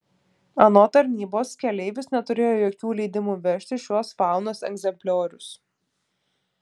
anot tarnybos keleivis neturėjo jokių leidimų vežti šiuos faunos egzempliorius